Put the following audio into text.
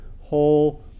whole